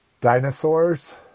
dinosaurs